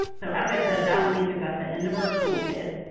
so, as i said, that link is at the end of our toolkit.